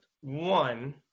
one